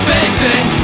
Facing